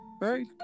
Right